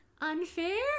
unfair